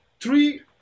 Three